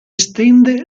estende